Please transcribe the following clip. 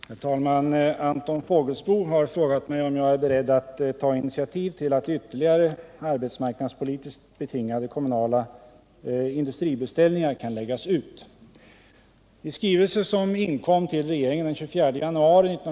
329, och anförde: | Herr talman! Anton Fågelsbo har frågat mig om jag är beredd att ta initiativ | till att ytterligare arbetsmarknadspolitiskt betingade kommunala industribeställningar kan läggas ut.